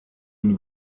une